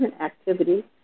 activity